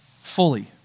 fully